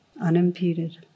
unimpeded